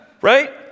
right